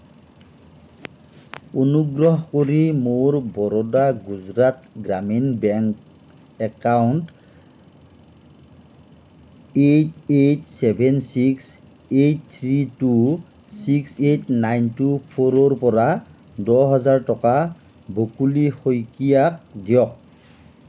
অনুগ্ৰহ কৰি মোৰ Baroda Gujarat Gramin bank account eight eight seven six eight three two six eight nine two ফ'ৰৰ পৰা দহ হেজাৰ টকা বকুলি শইকীয়াক দিয়ক